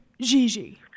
Gigi